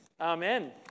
Amen